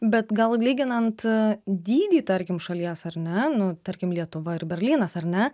bet gal lyginant dydį tarkim šalies ar ne nu tarkim lietuva ir berlynas ar ne